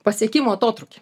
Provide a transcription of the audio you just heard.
pasiekimų atotrūkį